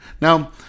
Now